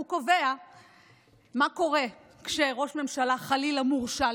הוא קובע מה קורה כשראש ממשלה חלילה מורשע,